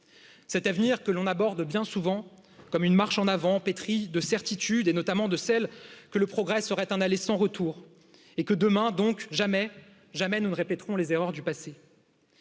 cet avenir que l'on aborde bien souvent comme une marche en avant pétri de certitudes et notamment de celles que le progrès serait un aller sans retour jamais jamais nous ne répéterons les erreurs du passé